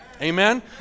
Amen